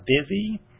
busy